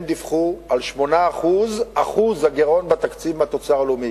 הם דיווחו על 8% הגירעון בתקציב מהתוצר הלאומי,